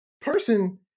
person